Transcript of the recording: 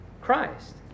Christ